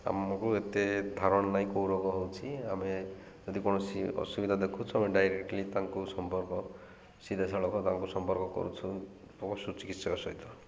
ଆମକୁ ଏତେ ଧାରଣା ନାହିଁ କେଉଁ ରୋଗ ହେଉଛି ଆମେ ଯଦି କୌଣସି ଅସୁବିଧା ଦେଖୁଛୁ ଆମେ ଡାଇରେକ୍ଟଲି ତାଙ୍କୁ ସମ୍ପର୍କ ସିଧାସାଳଖ ତାଙ୍କୁ ସମ୍ପର୍କ କରୁଛୁ ପଶୁ ଚିକିତ୍ସକ ସହିତ